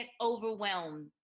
overwhelmed